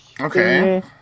okay